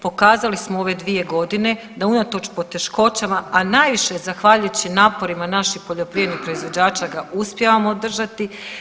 Pokazali smo u ove 2 godine da unatoč poteškoćama, a najviše zahvaljujući naporima naših poljoprivrednih proizvođača ga uspijevamo održati.